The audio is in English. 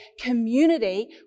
community